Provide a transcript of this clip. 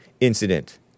incident